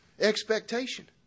Expectation